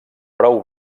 prou